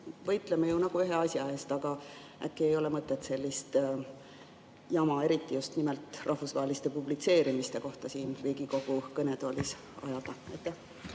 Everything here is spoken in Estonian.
Võitleme ju nagu ühe asja eest. Äkki ei ole mõtet sellist jama – eriti just rahvusvaheliste publitseerimiste kohta – siin Riigikogu kõnetoolis ajada.